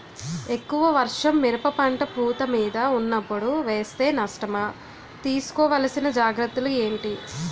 ఎక్కువ వర్షం మిరప పంట పూత మీద వున్నపుడు వేస్తే నష్టమా? తీస్కో వలసిన జాగ్రత్తలు ఏంటి?